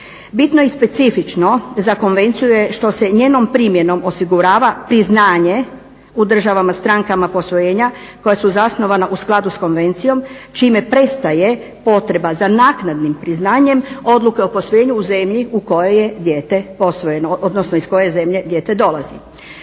Bitno je i specifično za Konvenciju je što se njenom primjenom osigurava priznanje u državama strankama posvojenja koja su zasnovana u skladu sa konvencijom čime prestaje potreba za naknadnim priznanjem odluke o posvojenju u zemlji u kojoj je dijete posvojeno, odnosno iz koje zemlje dijete dolazi.